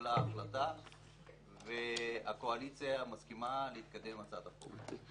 שהתקבלה החלטה והקואליציה מסכימה להתקדם עם הצעת החוק.